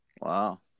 Wow